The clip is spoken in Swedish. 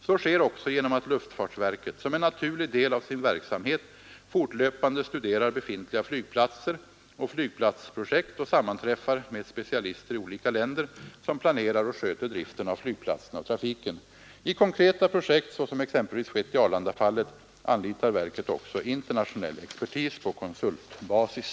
Så sker också genom att luftfartsverket som en naturlig del av sin verksamhet fortlöpande studerar befintliga flygplatser och flygplatsprojekt och sammanträffar med specialister i olika länder som planerar och sköter driften av flygplatserna och trafiken. I konkreta projekt som exempelvis skett i Arlandafallet — anlitar verket också internationell expertis på konsultbasis.